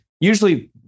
Usually